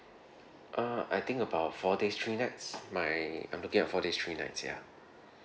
uh I think about four days three nights my I'm looking at four days three nights ya